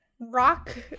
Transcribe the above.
rock